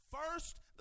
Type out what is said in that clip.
First